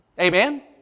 Amen